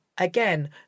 Again